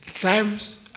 times